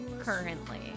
Currently